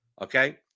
Okay